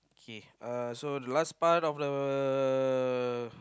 K so uh the last part of the